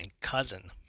cousin